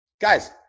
Guys